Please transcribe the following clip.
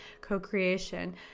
co-creation